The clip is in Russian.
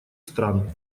стран